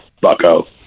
bucko